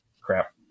crap